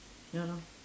ya lor